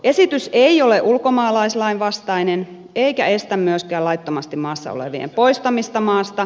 esitys ei ole ulkomaalaislain vastainen eikä estä myöskään laittomasti maassa olevien poistamista maasta